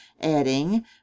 adding